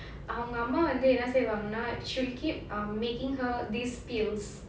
அவங்க அம்மா வந்து என்னா செய்வாங்கன்னா:avanga amma vandhu enna seivaanganaa she'll keep um making her these pills